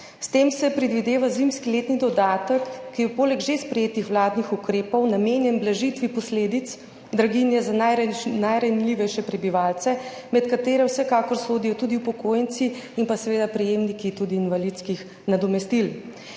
S tem se predvideva zimski letni dodatek, ki je poleg že sprejetih vladnih ukrepov namenjen blažitvi posledic draginje za najranljivejše prebivalce, med katere vsekakor sodijo tudi upokojenci in pa seveda tudi prejemniki invalidskih nadomestil.